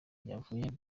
yavuye